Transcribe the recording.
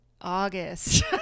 august